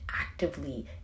actively